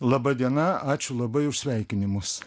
laba diena ačiū labai už sveikinimus